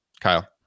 Kyle